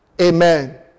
Amen